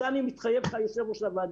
לזה אני מתחייב לך אדוני יושב ראש הוועדה,